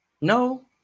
No